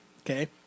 okay